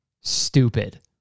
stupid